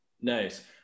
Nice